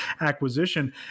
acquisition